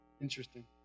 Interesting